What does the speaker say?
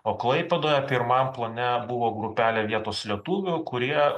o klaipėdoje pirmam plane buvo grupelė vietos lietuvių kurie